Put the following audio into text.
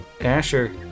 Asher